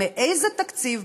מאיזה תקציב?